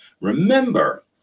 Remember